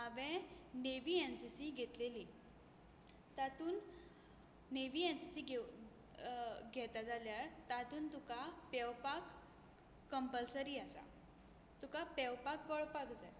हांवें navy NCC घेतलेली तातून नेवी एनसीसी घेव घेता जाल्यार तातून तुका पेंवपाक कंपलसरी आसा तुका पेंवपाक कळपाक जाय